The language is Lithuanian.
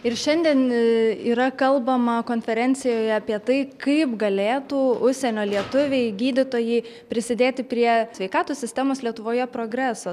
ir šiandien yra kalbama konferencijoje apie tai kaip galėtų užsienio lietuviai gydytojai prisidėti prie sveikatos sistemos lietuvoje progreso